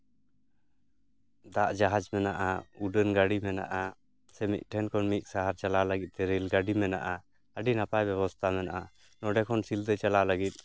ᱫᱟᱜ ᱡᱟᱦᱟᱡᱽ ᱢᱮᱱᱟᱜᱼᱟ ᱩᱰᱟᱹᱱ ᱜᱟᱹᱰᱤ ᱢᱮᱱᱟᱜᱼᱟ ᱥᱮ ᱢᱤᱫᱴᱷᱮᱱ ᱠᱷᱚᱱ ᱢᱤᱫ ᱥᱟᱦᱟᱨ ᱪᱟᱞᱟᱣ ᱞᱟᱹᱜᱤᱫᱛᱮ ᱨᱮᱹᱞ ᱜᱟᱹᱰᱤ ᱢᱮᱱᱟᱜᱼᱟ ᱟᱹᱰᱤ ᱱᱟᱯᱟᱭ ᱵᱮᱵᱚᱥᱛᱟ ᱢᱮᱱᱟᱜᱼᱟ ᱱᱚᱸᱰᱮ ᱠᱷᱚᱱ ᱥᱤᱞᱫᱟᱹ ᱪᱟᱞᱟᱣ ᱞᱟᱹᱜᱤᱫ